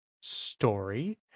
story